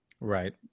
right